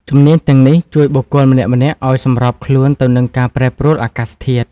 ជំនាញទាំងនេះជួយបុគ្គលម្នាក់ៗឱ្យសម្របខ្លួនទៅនឹងការប្រែប្រួលអាកាសធាតុ។